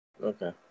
Okay